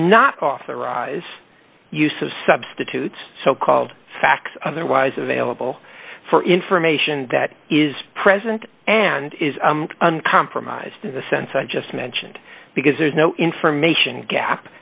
not authorize use of substitutes so called facts otherwise available for information that is present and is compromised in the sense i just mentioned because there's no information gap